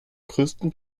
grössten